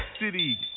city